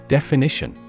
Definition